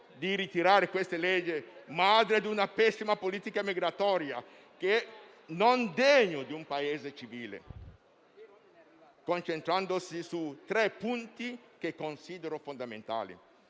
di ritirare questo decreto-legge, madre di una pessima politica migratoria non degna di un Paese civile, concentrandosi su tre punti che considero fondamentali: